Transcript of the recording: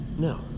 No